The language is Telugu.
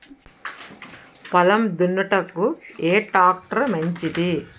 పొలం దున్నుటకు ఏ ట్రాక్టర్ మంచిది?